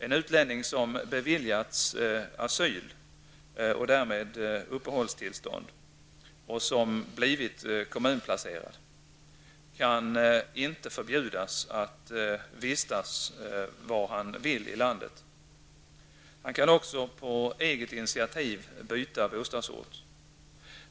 En utlänning som beviljats asyl och därmed uppehållstillstånd och som blivit kommunplacerad kan inte förbjudas att vistas var han vill i landet. Han kan också på eget initiativ byta boendeort.